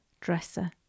dresser